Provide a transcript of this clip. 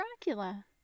Dracula